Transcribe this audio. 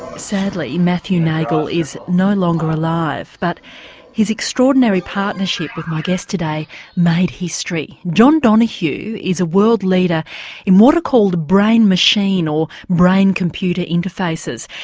sadly, matthew nagle is no longer alive but his extraordinary partnership with my guest today made history. john donoghue is a world leader in what are called brain machine or brain computer interfaces.